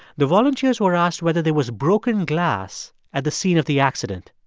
the volunteers were asked whether there was broken glass at the scene of the accident.